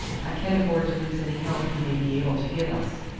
i can't afford to lose any help he may be able to give us.